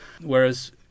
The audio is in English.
Whereas